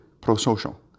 pro-social